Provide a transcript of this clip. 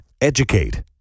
educate